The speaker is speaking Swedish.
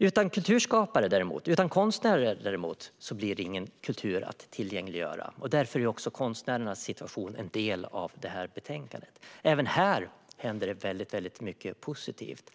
Utan kulturskapare och konstnärer blir det däremot ingen kultur att tillgängliggöra. Därför är också konstnärernas situation en del av det här betänkandet. Även här händer det mycket positivt.